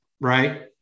right